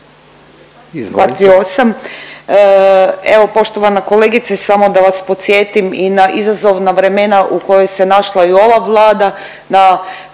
238. evo poštovana kolegice samo da vas podsjetim i na izazovna vremena u kojoj se našla i ova Vlada